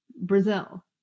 brazil